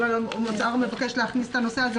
אם האוצר מבקש להכניס את הנושא הזה,